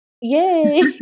Yay